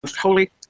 holy